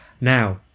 Now